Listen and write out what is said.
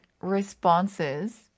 responses